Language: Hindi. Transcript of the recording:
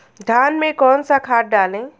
धान में कौन सा खाद डालें?